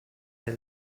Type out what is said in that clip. del